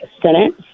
Senate